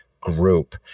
group